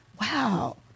wow